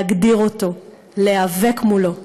להגדיר אותו, להיאבק מולו.